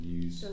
use